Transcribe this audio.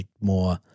more